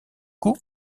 cou